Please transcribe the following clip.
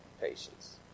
patience